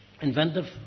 inventive